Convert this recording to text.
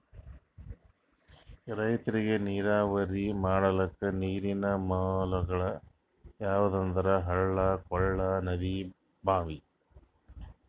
ರೈತರಿಗ್ ನೀರಾವರಿ ಮಾಡ್ಲಕ್ಕ ನೀರಿನ್ ಮೂಲಗೊಳ್ ಯಾವಂದ್ರ ಹಳ್ಳ ಕೊಳ್ಳ ನದಿ ಭಾಂವಿ